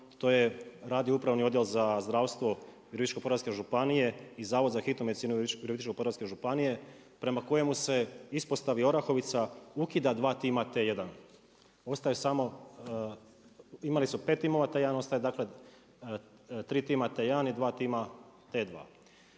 to je radio upravni odjel za zdravstvo Virovitičke-podravske županije i Zavod za hitnu medicinu Virovitičke-podravske županije, prema kojemu se u ispostavi Orahovica ukida dva tima, T1. Ostaje samo, imali su 5 timova, taj jedan ostaje dakle, 3 tima T1 i dva tima T2.